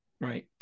Right